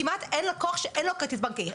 כמעט אין לקוח שאין לו כרטיס בנקאי.